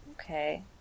Okay